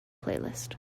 playlist